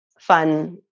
fun